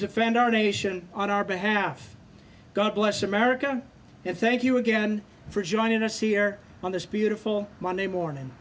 defend our nation on our behalf god bless america and thank you again for joining us here on this beautiful monday morning